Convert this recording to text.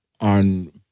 on